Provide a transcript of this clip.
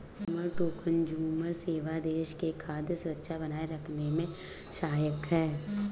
farmer to consumer सेवाएं देश में खाद्य सुरक्षा बनाए रखने में सहायक है